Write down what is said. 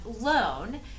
loan